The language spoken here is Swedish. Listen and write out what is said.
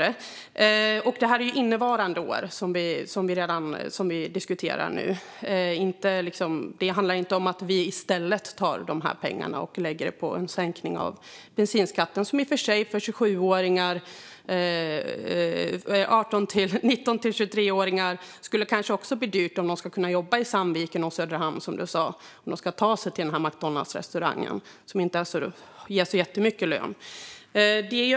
Det som vi nu diskuterar handlar om innevarande år. Det handlar inte om att vi i stället tar dessa pengar och lägger dem på en sänkning av bensinskatten. Det skulle i och för sig bli dyrt för 27-åringar och för 19-23-åringar om de ska kunna jobba i Sandviken eller i Söderhamn, som Rasmus Ling sa - om de ska ta sig till den McDonaldsrestaurang som inte ger så jättehög lön.